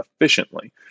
efficiently